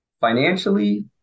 financially